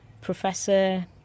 professor